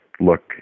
look